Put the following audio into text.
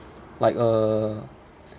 like a